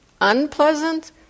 unpleasant